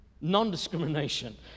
Non-discrimination